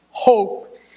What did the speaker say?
Hope